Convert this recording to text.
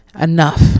Enough